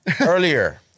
earlier